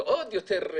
זה עוד יותר,